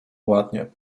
ładnie